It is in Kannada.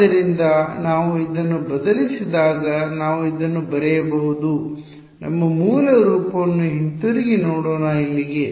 ಆದ್ದರಿಂದ ನಾವು ಇದನ್ನು ಬದಲಿಸಿದಾಗ ನಾವು ಇದನ್ನು ಬರೆಯಬಹುದು ನಮ್ಮ ಮೂಲ ರೂಪವನ್ನು ಹಿಂತಿರುಗಿ ನೋಡೋಣ ಇಲ್ಲಿಗೆ